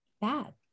bad